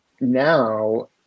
now